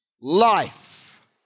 life